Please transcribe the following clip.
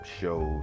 shows